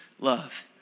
love